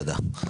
תודה.